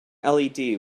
led